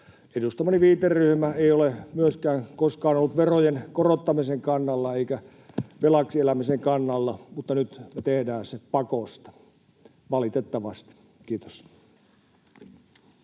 Edustamani viiteryhmä ei ole myöskään koskaan ollut verojen korottamisen kannalla eikä velaksi elämisen kannalla, mutta nyt me tehdään se pakosta. Valitettavasti. — Kiitos.